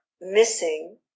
missing